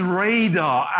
radar